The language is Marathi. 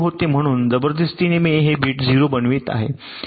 म्हणून जबरदस्तीने मी हे बिट 0 बनवित आहे